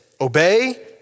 obey